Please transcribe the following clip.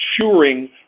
ensuring